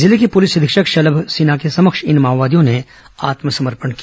जिले के पुलिस अधीक्षक शलभ सिन्हा के समक्ष इन माओवादियों ने आत्मसमर्पण किया